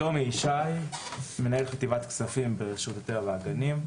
זיו דשא, ראש המועצה המקומית זכרון יעקב, בבקשה.